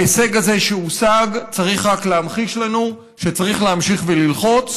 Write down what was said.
ההישג הזה שהושג צריך רק להמחיש לנו שצריך להמשיך וללחוץ